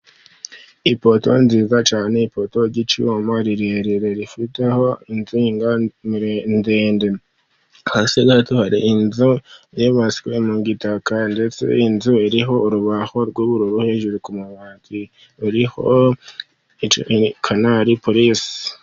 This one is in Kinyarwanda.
Ipoto nziza cyane, ipoto ry'icyuma rirerire rifataho insinga ndende, hasi gato hari inzu yubatswe mu gitaka ndetse inzu iriho urubavu rw'ubururu, hejuru ku mabati ruriho kanari prisi.